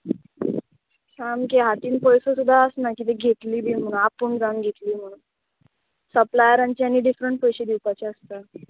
सामकें हातीन पयसो सुद्दां आसना कितें घेतली बी म्हणून आपूण जावन घेतली म्हणून सप्लायरांचे आनी डिफरंट पयशे दिवपाचे आसता